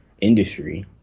industry